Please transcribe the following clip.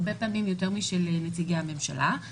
הרבה פעמים יותר משל נציגי הממשלה.